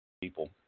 people